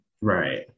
Right